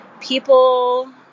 people